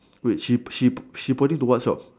wait she she pointing to what shop